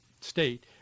state